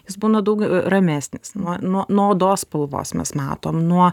jis būna daug ramesnis nuo nuo nuo odos spalvos mes matom nuo